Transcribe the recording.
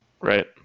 Right